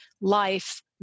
life